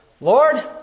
Lord